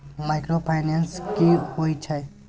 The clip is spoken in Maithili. माइक्रोफाइनान्स की होय छै?